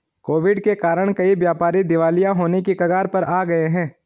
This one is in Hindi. कोविड के कारण कई व्यापारी दिवालिया होने की कगार पर आ गए हैं